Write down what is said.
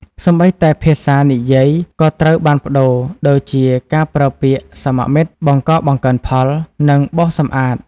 សូម្បីតែភាសានិយាយក៏ត្រូវបានប្តូរ ដូចជាការប្រើពាក្យ "សមមិត្ត" "បង្កបង្កើនផល" និង "បោសសម្អាត"។